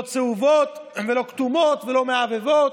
לא צהובות, לא כתומות ולא מהבהבות.